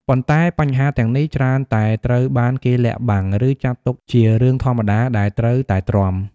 ប៉ុន្តែបញ្ហាទាំងនេះច្រើនតែត្រូវបានគេលាក់បាំង ឬចាត់ទុកជារឿងធម្មតាដែលត្រូវតែទ្រាំ។